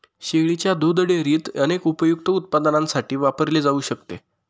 शेळीच्या दुध डेअरीत अनेक उपयुक्त उत्पादनांसाठी वापरले जाऊ शकते